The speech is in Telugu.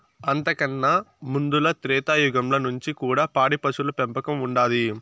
అంతకన్నా ముందల త్రేతాయుగంల నుంచి కూడా పాడి పశువుల పెంపకం ఉండాది